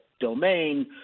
domain